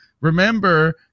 Remember